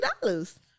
dollars